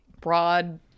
broad